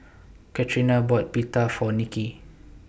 Catrina bought Pita For Nicki